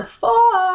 four